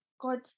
god